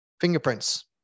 fingerprints